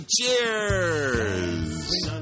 Cheers